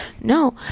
No